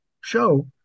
show